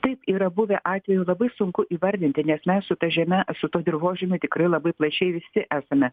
taip yra buvę atvejų labai sunku įvardinti nes mes su ta žeme su tuo dirvožemiu tikrai labai plačiai visi esame